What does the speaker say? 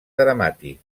dramàtic